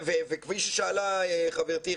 כפי ששאלה חברתי,